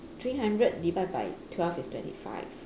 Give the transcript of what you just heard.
three hundred divide by twelve is twenty five